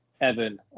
evan